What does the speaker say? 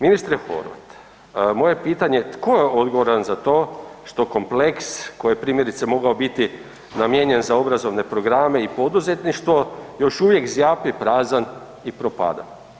Ministre Horvat, moje pitanje, tko je odgovoran za to što kompleks koji je primjerice mogao biti namijenjen za obrazovne programe i poduzetništvo, još uvijek zjapi prazan i propada?